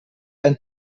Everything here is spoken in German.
ein